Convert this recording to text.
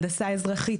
הנדסה אזרחית,